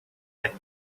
had